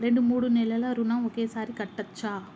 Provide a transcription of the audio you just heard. రెండు మూడు నెలల ఋణం ఒకేసారి కట్టచ్చా?